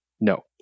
No